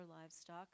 livestock